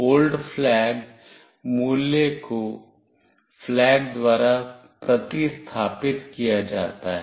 old flag मूल्य को flag द्वारा प्रतिस्थापित किया जाता है